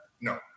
No